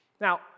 Now